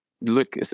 look